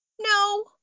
No